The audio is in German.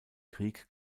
krieg